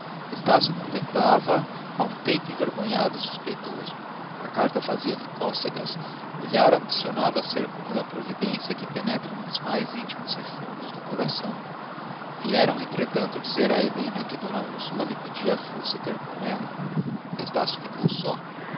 estácio contemplava-a a um tempo envergonhado e suspeitoso a carta fazia-lhe cócegas o olhar ambicionava ser como o da providência que penetra nos mais íntimos refolhos do coração vieram entretanto dizer a helena que d úrsula lhe pedia fosse ter com ela estácio ficou só